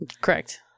Correct